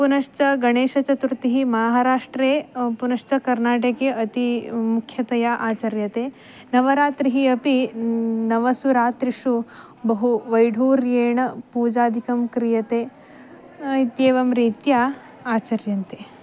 पुनश्च गणेशचतुर्थी महाराष्ट्रे पुनश्च कर्नाटके अति मुख्यतया आचर्यते नवरात्रिः अपि नवसु रात्रिषु बहु वैढूर्येण पूजादिकं क्रियते इत्येवं रीत्या आचर्यन्ते